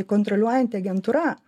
kontroliuojanti agentūra